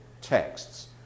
texts